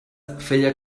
feia